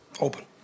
open